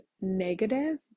negative